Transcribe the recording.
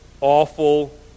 awful